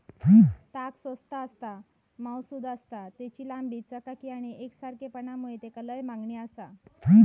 ताग स्वस्त आसता, मऊसुद आसता, तेची लांबी, चकाकी आणि एकसारखेपणा मुळे तेका लय मागणी आसता